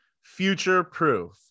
future-proof